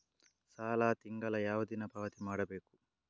ಸಾಲ ತಿಂಗಳ ಯಾವ ದಿನ ಪಾವತಿ ಮಾಡಬೇಕು?